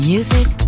Music